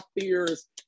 fears